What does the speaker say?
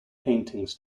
paintings